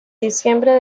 diciembre